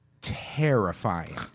terrifying